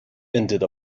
ended